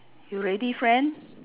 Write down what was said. you ready friend